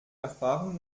erfahrung